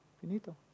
Finito